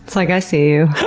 like, i see you.